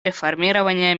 реформирования